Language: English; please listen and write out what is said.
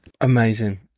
amazing